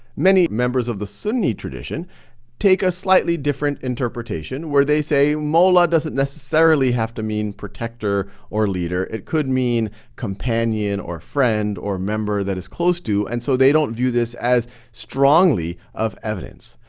many members of the sunni tradition take a slightly different interpretation where they say mawla doesn't necessarily have to mean protector or leader. it could mean companion or friend or member that is close to, and so they don't view this as strongly of evidence.